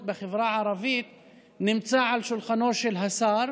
בחברה הערבית נמצא על שולחנו של השר,